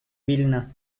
vilna